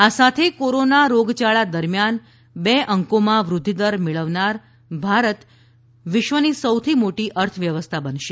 આ સાથે કોરોના રોગયાળા દરમિયાન બે અંકોમાં વૃઘ્ઘિદર મેળવનાર ભારત વિશ્વની સૌથી મોટી અર્થવ્યવસ્થા બનશે